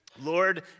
Lord